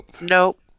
Nope